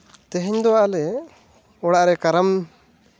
ᱛᱮᱦᱮᱧ ᱫᱚ ᱟᱞᱮ ᱚᱲᱟᱜ ᱨᱮ ᱠᱟᱨᱟᱢ